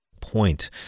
point